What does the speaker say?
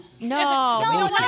No